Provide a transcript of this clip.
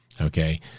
okay